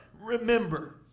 remember